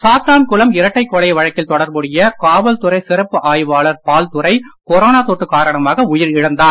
சாத்தான்குளம் இரட்டை கொலை வழக்கில் தொடர்புடைய காவல்துறை சிறப்பு ஆய்வாளர் பால்துரை கொரோனா தொற்று காரணமாக உயிரிழந்தார்